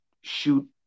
shoot